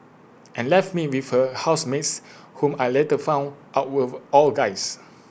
and left me with her housemates whom I later found out were all guys